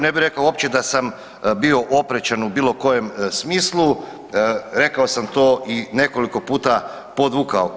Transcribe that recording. Ne bi rekao uopće da sam bio oprečan u bilo kojem smislu, rekao sam to i nekoliko puta podvukao.